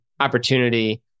opportunity